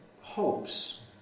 hopes